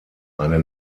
eine